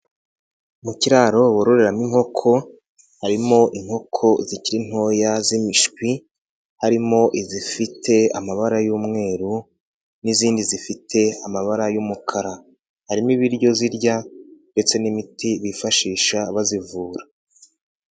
Mu kiraro bororeramo inkoko harimo inkoko zikiri ntoya z'imishwi, harimo izifite amabara y'umweru n'izindi zifite amabara y'umukara, harimo ibiryo zirya ndetse n'imiti bifashisha bazivura.